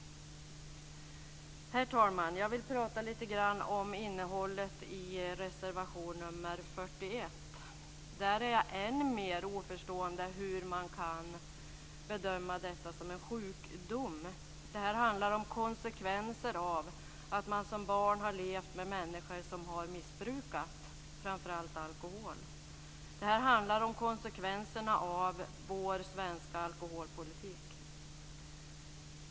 Herr talman! Jag vill säga något om innehållet i reservation nr 41. Där är jag än mer oförstående till hur man kan bedöma detta som en sjukdom. Det handlar om konsekvenser av att man som barn har levt med människor som har missbrukat, framför allt alkohol. Det handlar om konsekvenserna av vår svenska alkoholpolitik.